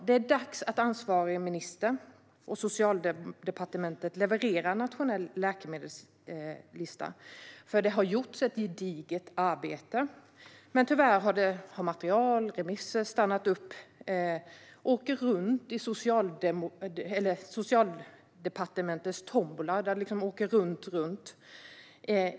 Det är dags att ansvarig minister och Socialdepartementet levererar en nationell läkemedelslista. Det har nämligen gjorts ett gediget arbete, men tyvärr har material och remisser lett till att det har stannat upp och åker runt, runt i Socialdepartementets tombola.